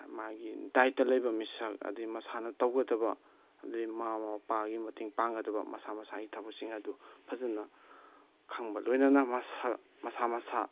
ꯃꯥꯒꯤ ꯗꯥꯏꯇ ꯂꯩꯕ ꯃꯤꯁꯛ ꯑꯗꯩ ꯃꯁꯥꯅ ꯇꯧꯒꯗꯕ ꯑꯗꯒꯤ ꯃꯃꯥ ꯃꯄꯥꯒꯤ ꯃꯇꯦꯡ ꯄꯥꯡꯒꯗꯕ ꯃꯁꯥ ꯃꯁꯥꯒꯤ ꯊꯕꯛꯁꯤꯡ ꯑꯗꯨ ꯐꯖꯅ ꯈꯪꯕ ꯂꯣꯏꯅꯅ ꯃꯁꯥ ꯃꯁꯥ ꯃꯁꯥ